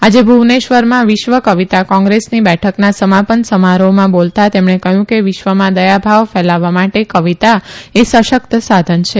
આજે ભુવનેશ્વરમાં વિશ્વ કવિતા કોંગ્રેસની બેઠકના સમાપન સમારોહમાં બોલતાં તેમણે કહ્યું કે વિશ્વમાં દયાભાવ ફેલાવવા માટે કવિતા એ સશકત સાધન છે